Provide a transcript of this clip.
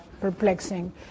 perplexing